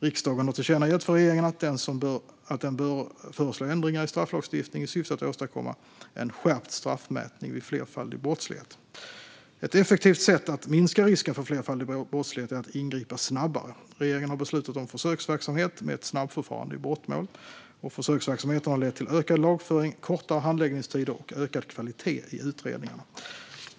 Riksdagen har tillkännagett för regeringen att den bör föreslå ändringar i strafflagstiftningen i syfte att åstadkomma en skärpt straffmätning vid flerfaldig brottslighet. Ett effektivt sätt att minska risken för flerfaldig brottslighet är att ingripa snabbare. Regeringen har beslutat om försöksverksamhet med ett snabbförfarande i brottmål. Försöksverksamheten har lett till ökad lagföring, kortare handläggningstider och ökad kvalitet i utredningarna.